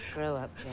grow up